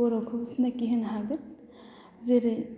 बर'खौ सिनाखि होनो हागोन जेरै